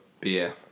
beer